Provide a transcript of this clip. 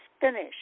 finish